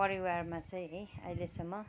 परिवारमा चाहिँ अहिलेसम्म